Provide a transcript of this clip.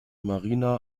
marina